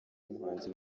umuhanzi